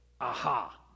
Aha